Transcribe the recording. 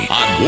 on